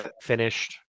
finished